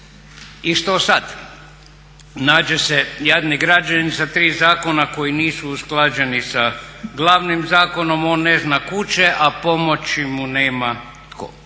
I što sad? Nađe se jadni građanin sa tri zakona koji nisu usklađeni sa glavnim zakonom, on ne zna kud će, a pomoći mu nema tko.